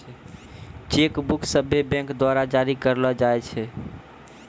cheque book सभ्भे bank द्वारा जारी करलो जाय छै